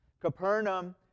Capernaum